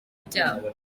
byabo